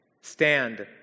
Stand